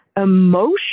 emotion